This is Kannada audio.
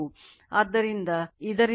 ಆದ್ದರಿಂದ ಇದರಿಂದ I2 20 ಆಂಪಿಯರ್ ಸಿಗುತ್ತದೆ